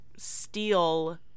Steal